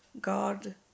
God